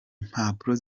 mpapuro